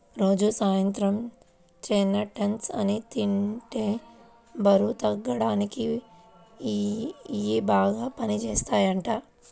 రోజూ సాయంత్రం చెస్ట్నట్స్ ని తింటే బరువు తగ్గిపోడానికి ఇయ్యి బాగా పనిజేత్తయ్యంట